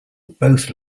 both